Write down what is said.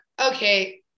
okay